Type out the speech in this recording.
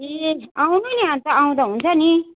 ए आउनु नि अन्त आउँदा हुन्छ नि